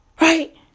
Right